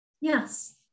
Yes